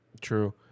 true